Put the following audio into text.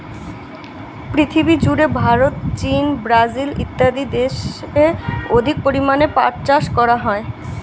পৃথিবীজুড়ে ভারত, চীন, ব্রাজিল ইত্যাদি দেশে অধিক পরিমাণে পাট চাষ করা হয়